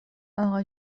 اقا